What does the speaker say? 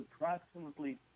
approximately